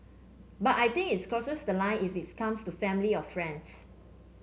but I think it crosses the line if it's comes to family or friends